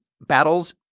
battles